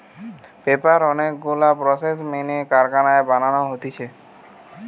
paper অনেক গুলা process মেনে কারখানায় বানাতিছে